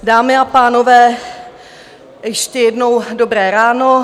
Dámy a pánové, ještě jednou dobré ráno.